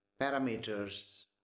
parameters